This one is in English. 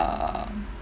err